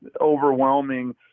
overwhelming